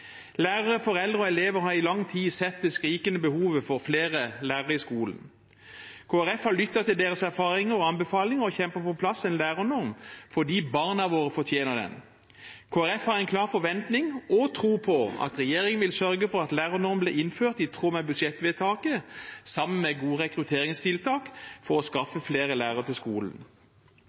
Lærere, foreldre og elever har i lang tid sett det skrikende behovet for flere lærere i skolen. Kristelig Folkeparti har lyttet til deres erfaringer og anbefalinger og kjempet på plass en lærernorm fordi barna våre fortjener den. Kristelig Folkeparti har en klar forventning om og tro på at regjeringen vil sørge for at lærernormen blir innført i tråd med budsjettvedtaket, sammen med gode rekrutteringstiltak for å skaffe flere lærere til skolen.